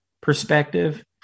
perspective